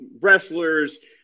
wrestlers